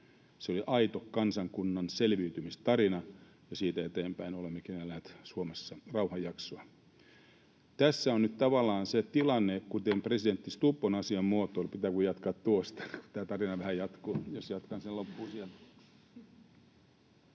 Se oli aito kansakunnan selviytymistarina, ja siitä eteenpäin olemmekin eläneet Suomessa rauhanjaksoa. Tässä on nyt tavallaan se tilanne, kuten presidentti Stubb on asian muotoillut...